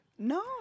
no